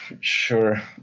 sure